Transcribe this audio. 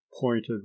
pointed